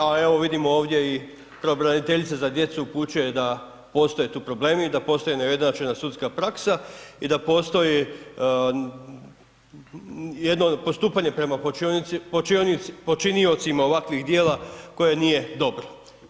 A evo vidimo ovdje i pravobraniteljica za djecu upućuje da postoje tu problemi, da postoje neujednačena sudska praksa i da postoji jedno postupanje prema počiniocima ovakvih djela koja nije dobro.